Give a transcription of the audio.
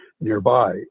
nearby